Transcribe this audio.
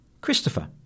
Christopher